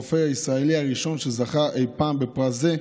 פרופ' פאר הוא הרופא הישראלי הראשון שזכה אי פעם בפרס זה.